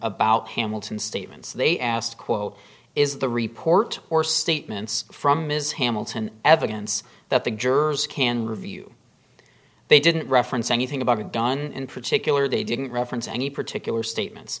about hamilton statements they asked quote is the report or statements from ms hamilton evidence that the jurors can review they didn't reference anything about a gun in particular they didn't reference any particular statements